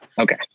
Okay